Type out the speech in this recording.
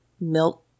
milk